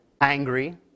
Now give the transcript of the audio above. angry